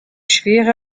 schwere